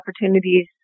opportunities